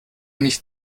nicht